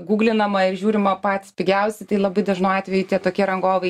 guglinama ir žiūrima patys pigiausi tai labai dažnu atveju tokie rangovai